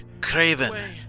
craven